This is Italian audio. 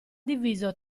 diviso